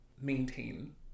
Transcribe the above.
maintain